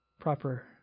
proper